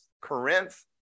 Corinth